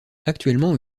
actuellement